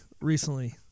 recently